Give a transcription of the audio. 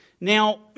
Now